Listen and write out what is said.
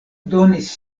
donis